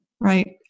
Right